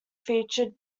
featured